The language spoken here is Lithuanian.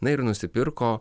na ir nusipirko